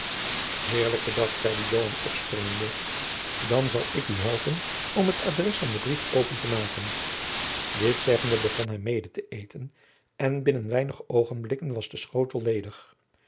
heerlijk bedacht zeide joan opspringende dan zal ik u helpen om het adres van den brief open te maken dit zeggende begon hij mede te eten en binnen weinige oogenblikken was de schotel ledig